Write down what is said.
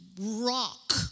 rock